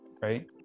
right